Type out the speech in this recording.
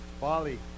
Bali